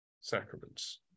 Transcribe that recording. sacraments